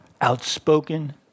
outspoken